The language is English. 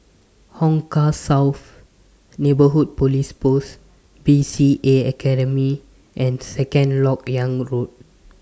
Hong Kah South Neighbourhood Police Post B C A Academy and Second Lok Yang Road